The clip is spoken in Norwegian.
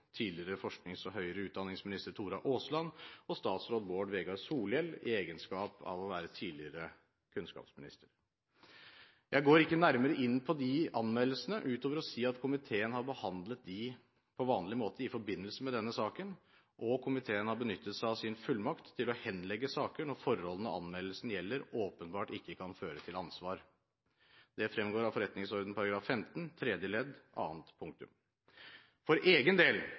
tidligere forsknings- og høyere utdanningsminister Tora Aasland og statsråd Bård Vegar Solhjell i egenskap av å være tidligere kunnskapsminister. Jeg går ikke nærmere inn på de anmeldelsene utover å si at komiteen har behandlet dem på vanlig måte i forbindelse med denne saken. Komiteen har benyttet seg av sin fullmakt til å henlegge saker når forholdene anmeldelsene gjelder, åpenbart ikke kan føre til ansvar. Det fremgår av forretningsordenens § 15 tredje ledd annet punktum. For egen del